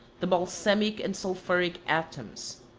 the balsamic and sulphuric atoms.